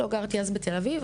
לא גרתי אז בתל אביב.